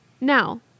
Now